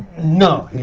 no, he